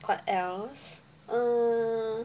what else mm